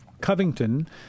Covington